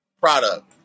product